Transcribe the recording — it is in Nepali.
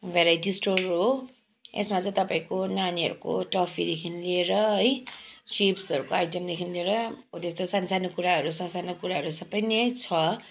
भेराइटी स्टोर हो यसमा चाहिँ तपाईँको नानीहरको टफीदेखि लिएर है चिप्सहरूको आइटमदेखि लिएर हो त्यस्तो सानो सानो कुराहरू सा सानो कुराहरू सबै नै छ